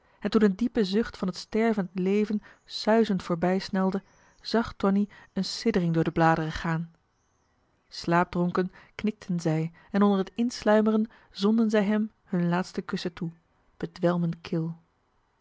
en toen een diepe zucht van het stervend leven suizend voorbijsnelde zag tonie een siddering door de bladeren gaan slaapdronken knikten zij en onder het insluimeren zonden zij hem hun laatste kussen toe bedwelmend